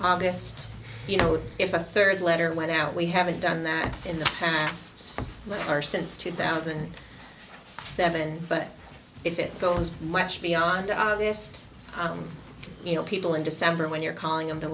august you know if a third letter went out we haven't done that in the past or since two thousand and seven but if it goes much beyond this you know people in december when you're calling them to